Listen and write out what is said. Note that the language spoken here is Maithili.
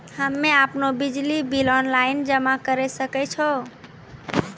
हम्मे आपनौ बिजली बिल ऑनलाइन जमा करै सकै छौ?